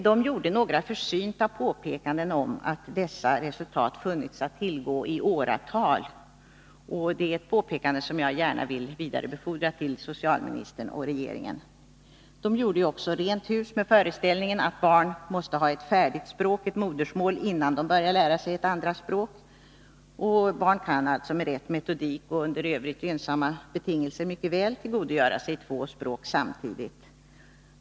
De gjorde några försynta påpekanden om att dessa resultat funnits att tillgå i åratal. Det är ett påpekande som jag gärna vill vidarebefordra till socialministern och regeringen. Deltagarna i symposiet gjorde också rent hus med föreställningen att barn måste ha ett färdigt språk, ett modersmål, innan de börjar lära sig ett andra språk. Barn kan alltså med rätt metodik och under i övrigt gynnsamma betingelser mycket väl tillgodogöra sig två språk samtidigt.